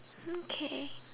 okay